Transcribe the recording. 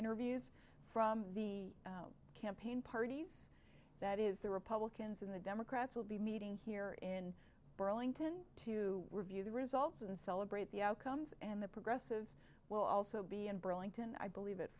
interviews from the campaign parties that is the republicans in the democrats will be meeting here in burlington to review the results and celebrate the outcomes and the progressives well also be in burlington i believe it